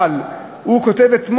אבל אתמול הוא כותב: